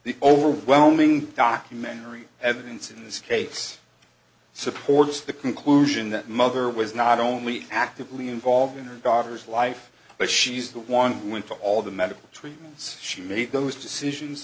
the overwhelming documentary evidence in this case supports the conclusion that mother was not only actively involved in her daughter's life but she's the one who went to all the medical treatments she made those decisions